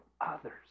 others